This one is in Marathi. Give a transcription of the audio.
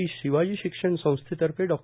श्री शिवाजी शिक्षण संस्थेतर्फे डॉ